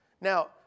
Now